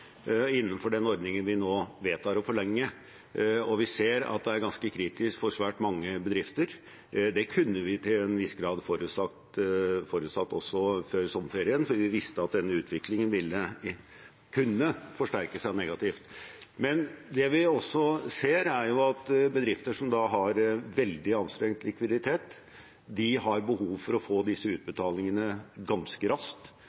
innenfor den ordningen vi nå vedtar å forlenge. Og vi ser at det er ganske kritisk for svært mange bedrifter. Det kunne vi til en viss grad forutsett også før sommerferien, for vi visste at denne utviklingen ville kunne forsterke seg negativt. Det vi også ser, er at bedrifter som har en veldig anstrengt likviditet, har behov for å få disse utbetalingene ganske raskt,